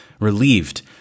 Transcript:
relieved